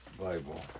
Bible